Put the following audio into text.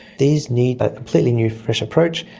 these need a completely new, fresh approach,